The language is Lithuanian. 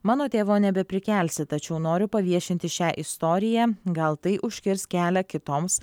mano tėvo nebeprikelsi tačiau noriu paviešinti šią istoriją gal tai užkirs kelią kitoms